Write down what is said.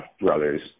brothers